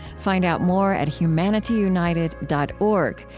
find out more at humanityunited dot org.